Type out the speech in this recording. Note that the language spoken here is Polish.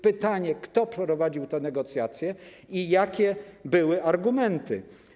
Pytanie, kto prowadził te negocjacje i jakie były argumenty.